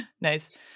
Nice